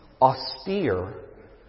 austere